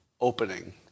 opening